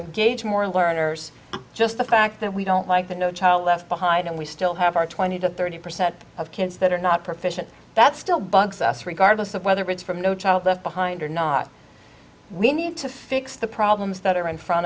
engage more learners just the fact that we don't like the no child left behind and we still have our twenty to thirty percent of kids that are not proficiency that still bugs us regardless of whether it's from no child left behind or not we need to fix the problems that are in front